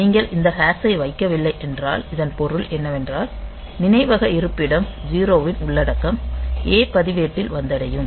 நீங்கள் இந்த ஹாஷை வைக்கவில்லை என்றால் இதன் பொருள் என்னவென்றால் நினைவக இருப்பிடம் 0 ன் உள்ளடக்கம் A பதிவேட்டில் வந்தடையும்